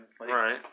Right